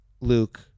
Luke